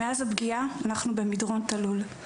מאז הפגיעה אנחנו במדרון תלול.